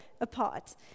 apart